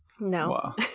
no